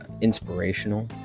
inspirational